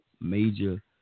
major